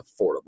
affordable